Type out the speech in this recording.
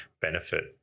benefit